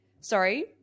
Sorry